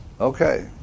Okay